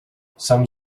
some